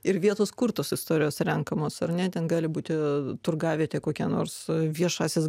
ir vietos kur tos istorijos renkamos ar ne ten gali būti turgavietė kokia nors viešasis